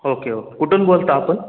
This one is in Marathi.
ओके ओके कुठून बोलता आपण